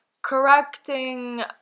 correcting